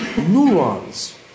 Neurons